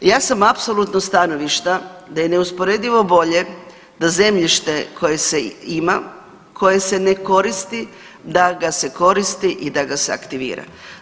Ja sam apsolutno stanovišta da je neusporedivo bolje da zemljište koje se ima, koje se ne koristi da ga se koristi i da ga se aktivira.